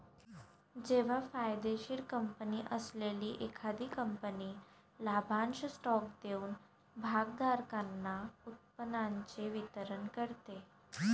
जेव्हा फायदेशीर कंपनी असलेली एखादी कंपनी लाभांश स्टॉक देऊन भागधारकांना उत्पन्नाचे वितरण करते